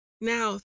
Now